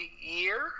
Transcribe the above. year